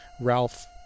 Ralph